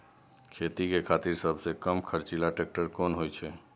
खेती के खातिर सबसे कम खर्चीला ट्रेक्टर कोन होई छै?